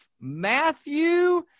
matthew